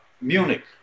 munich